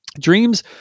Dreams